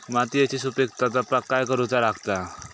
मातीयेची सुपीकता जपाक काय करूचा लागता?